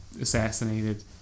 assassinated